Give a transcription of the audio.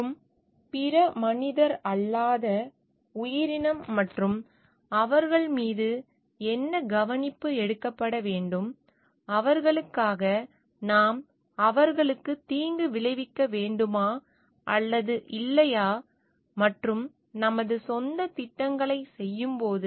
மற்றும் பிற மனிதரல்லாத உயிரினம் மற்றும் அவர்கள் மீது என்ன கவனிப்பு எடுக்கப்பட வேண்டும் அவர்களுக்காக நாம் அவர்களுக்கு தீங்கு விளைவிக்க வேண்டுமா அல்லது இல்லையா மற்றும் நமது சொந்த திட்டங்களைச் செய்யும்போது